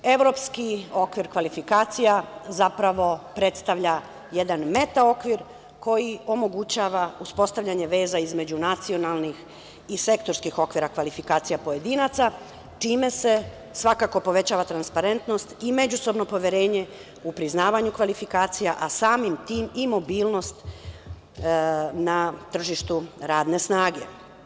Evropski okvir kvalifikacija zapravo predstavlja jedan meta-okvir koji omogućava uspostavljanje veza između nacionalnih i sektorskih okvira kvalifikacija pojedinaca, čime se svakako povećava transparentnost i međusobno poverenje u priznavanju kvalifikacija, a samim tim i mobilnost na tržištu radne snage.